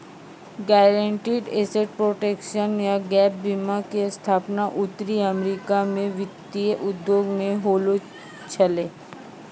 guaranteed asset protection या gap बीमा के स्थापना उत्तरी अमेरिका मे वित्तीय उद्योग मे होलो छलै